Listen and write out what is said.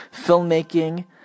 filmmaking